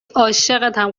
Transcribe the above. عاشقتم